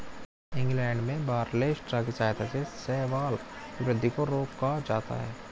England में barley straw की सहायता से शैवाल की वृद्धि को रोका जाता है